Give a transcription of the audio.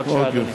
בבקשה, אדוני.